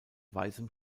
weißem